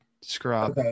scrub